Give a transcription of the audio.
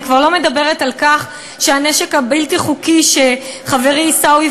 אני כבר לא מדברת על כך שהנשק הבלתי-חוקי שחברי עיסאווי